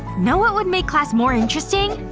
know what would make class more interesting?